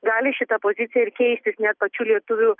gali šita pozicija ir keistis net pačių lietuvių